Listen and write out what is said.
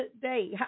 today